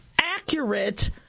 accurate